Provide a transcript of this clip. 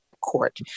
court